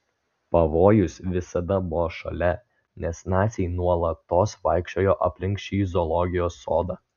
pavojus visada buvo šalia nes naciai nuolatos vaikščiojo aplink šį zoologijos sodą